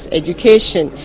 education